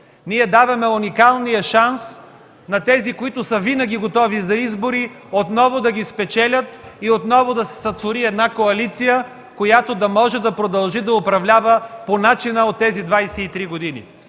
– даваме уникалния шанс на тези, които са винаги готови за избори, отново да ги спечелят и да се сътвори една коалиция, която да може да продължи да управлява по начина от тези 23 години.